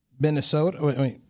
Minnesota